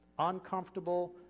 Uncomfortable